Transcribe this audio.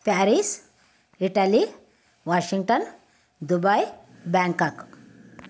Paris Italy Washington Dubai Bangkok